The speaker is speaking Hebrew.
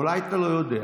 אולי אתה לא יודע,